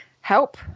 help